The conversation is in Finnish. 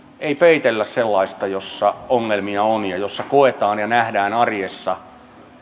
ei peitellä sellaista jossa ongelmia on ja jossa koetaan ja nähdään arjessa